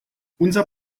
unser